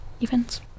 events